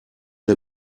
der